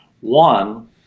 One